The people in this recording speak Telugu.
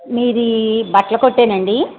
మీది బట్టల కొట్టేనండి